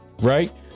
right